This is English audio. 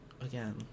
again